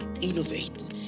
innovate